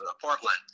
Portland